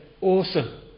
awesome